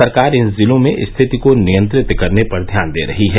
सरकार इन जिलों में स्थिति को नियंत्रित करने पर ध्यान दे रही है